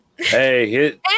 Hey